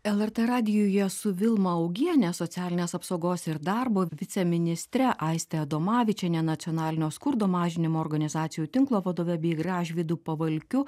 lrt radijuje su vilma augiene socialinės apsaugos ir darbo viceministre aiste adomavičiene nacionalinio skurdo mažinimo organizacijų tinklo vadove bei gražvydu pavalkiu